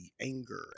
anger